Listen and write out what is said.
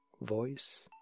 voice